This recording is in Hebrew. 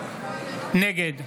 נגד